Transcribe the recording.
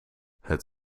het